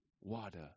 water